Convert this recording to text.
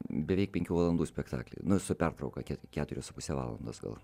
beveik penkių valandų spektaklį su pertrauka kiek keturios su puse valandos gal